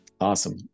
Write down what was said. Awesome